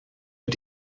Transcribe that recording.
mit